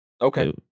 Okay